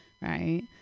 right